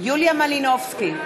יוליה מלינובסקי,